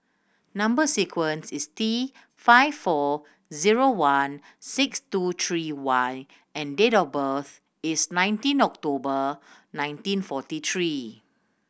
number sequence is T five four zero one six two three Y and date of birth is nineteen October nineteen forty three